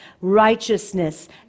righteousness